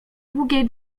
długiej